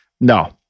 No